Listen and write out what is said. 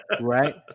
Right